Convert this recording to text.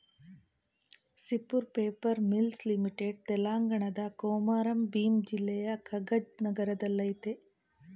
Sirpur paper mills limited ತೆಲಂಗಾಣದ ಕೊಮಾರಂ ಭೀಮ್ ಜಿಲ್ಲೆಯ ಕಗಜ್ ನಗರದಲ್ಲಯ್ತೆ